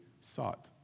sought